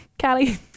Callie